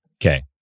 Okay